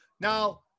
Now